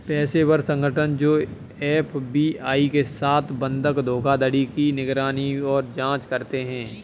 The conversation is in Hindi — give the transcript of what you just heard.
पेशेवर संगठन जो एफ.बी.आई के साथ बंधक धोखाधड़ी की निगरानी और जांच करते हैं